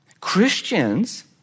Christians